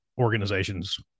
organizations